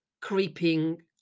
creeping